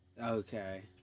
Okay